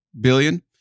billion